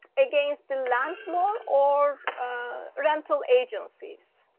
against the landlord or rental agencies.